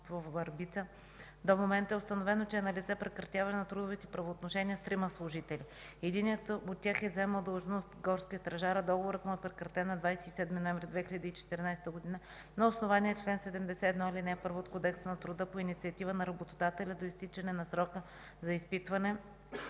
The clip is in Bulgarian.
Върбица до момента е установено, че е налице прекратяване на трудовите правоотношения с трима служители. Единият от тях е заемал длъжност „горски стражар”, а договорът му е прекратен на 27 ноември 2014 г. на основание чл. 71, ал. 1 от Кодекса на труда по инициатива на работодателя до изтичане на срока за изпитване.